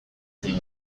ziur